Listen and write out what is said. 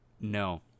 No